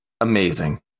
Amazing